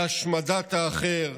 להשמדת האחר,